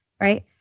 right